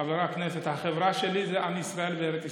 חבר הכנסת, החברה שלי זה עם ישראל וארץ ישראל.